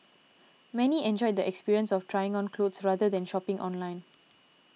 many enjoyed the experience of trying on clothes rather than shopping online